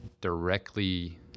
directly